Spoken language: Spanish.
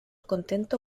contento